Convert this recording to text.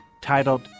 titled